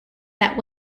that